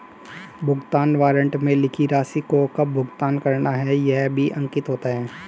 भुगतान वारन्ट में लिखी राशि को कब भुगतान करना है यह भी अंकित होता है